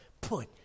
put